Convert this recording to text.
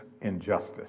injustice